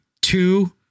two